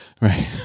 Right